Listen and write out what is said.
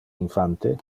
infante